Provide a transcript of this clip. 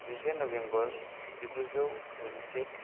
जिसे नभेम्ब'र जिगुजौ गुजिसे